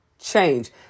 change